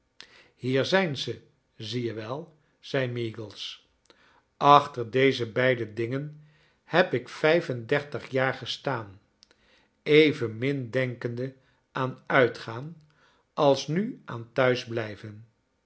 hier zijn ze zie je wel zei meagles achter deze beide dingen heb ik vijfendertig jaar gestaan evenmin denkende aan uitgaan als nu aan thuisblijven